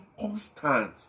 constant